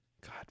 God